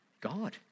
God